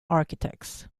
architects